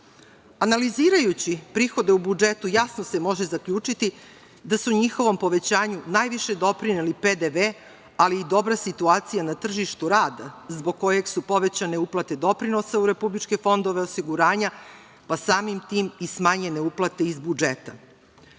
donacije. Analizirajući prihode u budžetu jasno se može zaključiti da se u njihovom povećanju najviše doprineli PDV, ali i dobra situacija na tržištu rada, zbog kojeg su povećane uplate doprinosa u republičke fondove osiguranja, pa samim tim i smanjene uplate iz budžeta. Ono